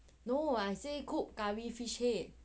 no I say cook curry fish head